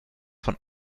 von